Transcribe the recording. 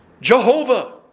Jehovah